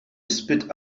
spit